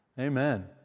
Amen